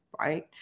right